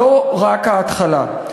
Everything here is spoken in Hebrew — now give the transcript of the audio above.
זו רק ההתחלה.